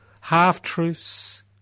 half-truths